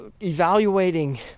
evaluating